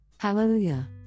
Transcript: Hallelujah